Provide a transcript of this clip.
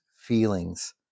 feelings